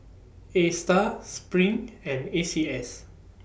A STAR SPRING and A C S